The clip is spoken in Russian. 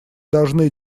должны